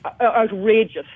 outrageous